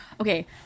Okay